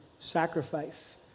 sacrifice